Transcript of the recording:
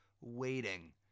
waiting